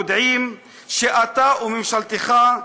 יודעים שאתה וממשלתך,